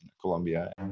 Colombia